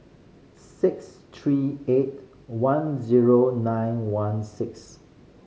six three eight one zero nine one six